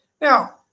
now